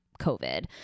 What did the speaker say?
COVID